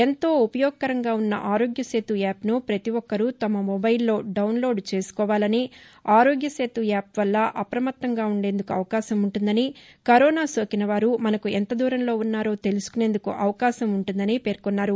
ఎంతో ఉపయోగకరంగా ఉన్న ఆరోగ్య సేతు యాప్ ను పతి ఒక్కరూ తమ మొబైల్లో డాన్లోడ్ చేసుకోవాలని ఆరోగ్య సేతు యాప్ వల్ల అప్రమత్తంగా ఉండేందుకు అవకాశం ఉంటుందని కరోనా సోకిస వారు మనకు ఎంత దూరంలో ఉన్నారో తెలుసుకునేందుకు అవకాశం ఉంటుందని పేర్కొన్నారు